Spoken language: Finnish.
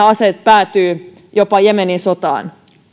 aseet päätyvät jopa jemenin sotaan